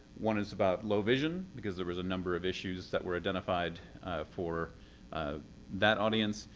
one is about low vision. because there was a number of issues that were identified for ah that audience.